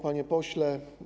Panie Pośle!